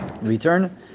return